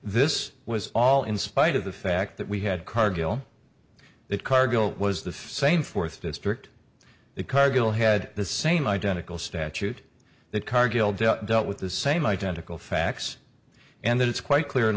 this was all in spite of the fact that we had cargill that carville was the same fourth district that cargill had the same identical statute that cargill dealt with the same identical facts and that it's quite clear